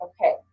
okay